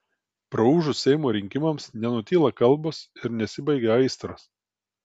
praūžus seimo rinkimams nenutyla kalbos ir nesibaigia aistros